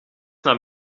naar